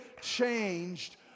changed